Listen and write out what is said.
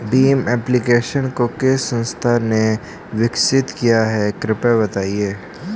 Bhim application को किस संस्था ने विकसित किया है कृपया बताइए?